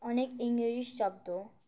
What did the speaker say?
অনেক ইংলিশ শব্দ